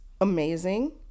amazing